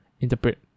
interpret